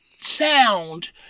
sound